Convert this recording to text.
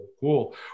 Cool